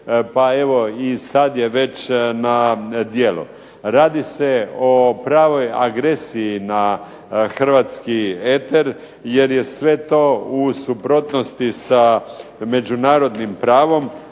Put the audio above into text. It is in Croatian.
Pa evo i sad je već na djelu. Radi se o pravoj agresiji na hrvatski eter jer je sve to u suprotnosti sa međunarodnim pravom,